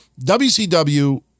WCW